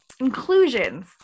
inclusions